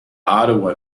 ottawa